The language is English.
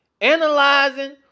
analyzing